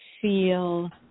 Feel